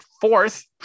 fourth